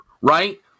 right